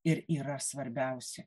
ir yra svarbiausi